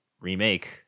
remake